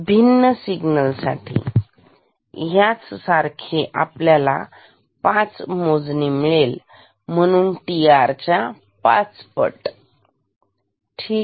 भिन्न सिग्नल साठी ह्याच सारखे आपल्याला पाच मोजणी मिळेल म्हणून tr च्या पाचपट ठीक